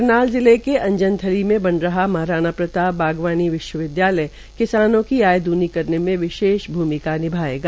करनाल जिले के अंजनथली में बन रहा महाराणा प्रताप बागवानी विश्वविदयालय किसानों की आय दुनी करने की विशेष भ्रमिका निभायेगा